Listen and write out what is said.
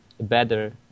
better